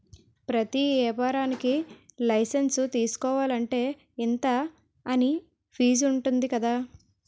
ప్రతి ఏపారానికీ లైసెన్సు తీసుకోలంటే, ఇంతా అని ఫీజుంటది కదా